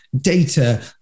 data